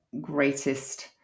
greatest